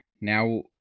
Now